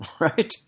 right